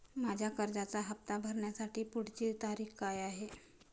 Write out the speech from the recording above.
माझ्या कर्जाचा हफ्ता भरण्याची पुढची तारीख काय आहे?